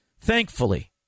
Thankfully